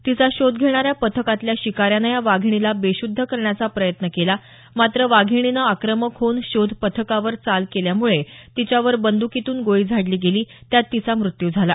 तिचा शोध घेणाऱ्या पथकातल्या शिकाऱ्यानं या वाधिणीला बेशूद्ध करण्याचा प्रयत्न केला मात्र वाधिणीनं आक्रमक होऊन शोध पथकावर चाल केल्यामुळे तिच्यावर बंद्कीतून गोळी झाडली गेली त्यात तिचा मृत्यू झाला